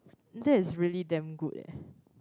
that is really damn good eh